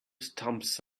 stumps